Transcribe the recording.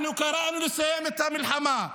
אנחנו קראנו לסיים את המלחמה.